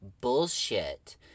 bullshit